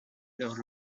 leur